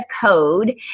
code